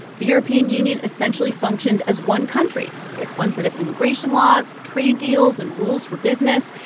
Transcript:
the european union essentially functioned as one country, with one set of immigration laws, trade deals and rules for business.